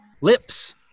Lips